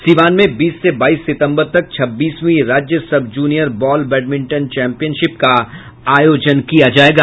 सीवान में बीस से बाईस सिंतबर तक छब्बीसवीं राज्य sub junior ball badminton championship का आयोजन किया जायेगा